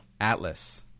Atlas